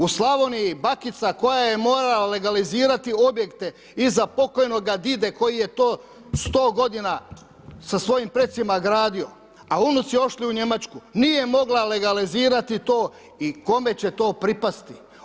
U Slavoniji, bakica koja je morala legalizirati objekte iza pokojnoga dide koji je to 100 godina sa svojim precima gradio, a unuci otišli u Njemačku, nije mogla legalizirati to i kome će to pripasti.